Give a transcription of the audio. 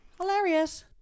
Hilarious